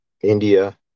India